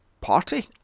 party